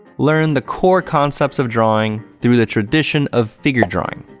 learn the core concepts of drawing through the tradition of figure drawing,